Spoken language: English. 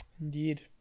Indeed